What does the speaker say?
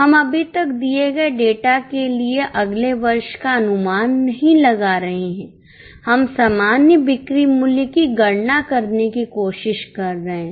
हम अभी तक दिए गए डेटा के लिए अगले वर्ष का अनुमान नहीं लगा रहे हैं हम सामान्य बिक्री मूल्य की गणना करने की कोशिश कर रहे हैं